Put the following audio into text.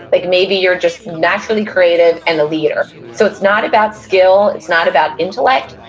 like maybe you're just naturally creative and a leader. so it's not about skill, it's not about intellect,